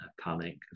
panic